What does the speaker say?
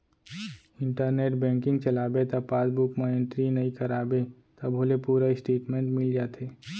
internet banking चलाबे त passbook म एंटरी नइ कराबे तभो ले पूरा इस्टेटमेंट मिल जाथे